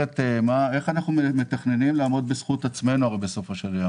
איך אנחנו מתכננים לעמוד בזכות עצמנו בסופו של יום.